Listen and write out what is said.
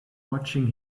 watching